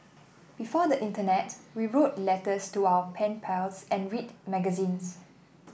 before the internet we wrote letters to our pen pals and read magazines